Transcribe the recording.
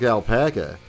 Alpaca